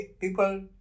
people